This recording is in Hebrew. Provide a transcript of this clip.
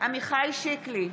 עמיחי שיקלי,